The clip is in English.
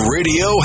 Radio